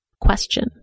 question